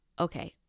Okay